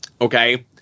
okay